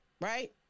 right